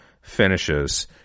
finishes